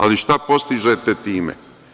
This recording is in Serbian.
Ali, šta postižete time?